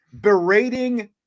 berating